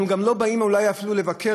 אנחנו גם לא באים אולי אפילו לבקר,